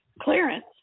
clearance